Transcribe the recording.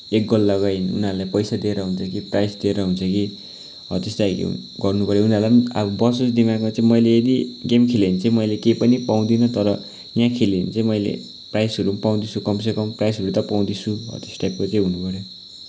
एक गोल लगाए उनीहरूलाई पैसा दिएर हुन्छ कि प्राइज दिएर हुन्छ कि हो त्यस्तै खालको गर्नुपऱ्यो उनीहरूलाई पनि अब बसोस् दिमागमा चाहिँ मैले यदि गेम खेले भने चाहिँ मैले केही पनि पाउँदिन तर यहाँ खेले भने चाहिँ मैले प्राइजहरू पाउँदैछु कम से कम प्राइजहरू त पाउँदैछु हो त्यस्तो टाइपको केही हुनुपऱ्यो